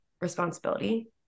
responsibility